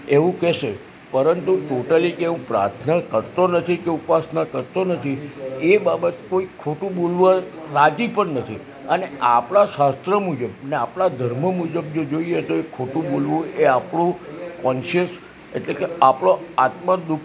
એવું કહેશે પરંતુ ટોટલી કે હું પ્રાર્થના કરતો નથી કે ઉપાસના કરતો નથી એ બાબત કોઈ ખોટું બોલવા રાજી પણ નથી અને આપણા શાસ્ત્રો મુજબ અને આપણા ધર્મો મુજબ જે જોઈએ તો એ ખોટું બોલવું એ આપણું કોન્સિયસ એટલે કે આપણો આત્મ દુઃખ